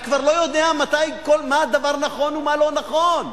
אני כבר לא יודע מה הדבר נכון ומה לא נכון.